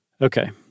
Okay